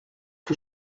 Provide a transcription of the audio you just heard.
que